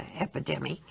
epidemic